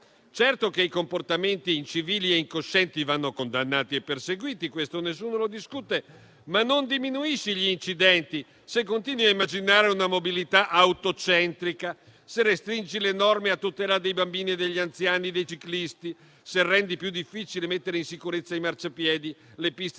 Certo che i comportamenti incivili e incoscienti vanno condannati e perseguiti, questo nessuno lo discute, ma non diminuisci gli incidenti se continui a immaginare una mobilità auto-centrica, se restringi le norme a tutela dei bambini, degli anziani e dei ciclisti, se rendi più difficile mettere in sicurezza i marciapiedi, le piste ciclabili,